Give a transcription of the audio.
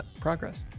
progress